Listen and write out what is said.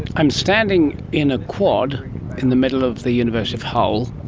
i'm standing in a quad in the middle of the university of hull,